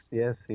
yes